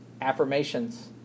Affirmations